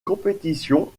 compétition